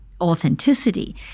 authenticity